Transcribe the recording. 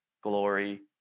glory